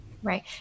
Right